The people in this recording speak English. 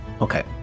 Okay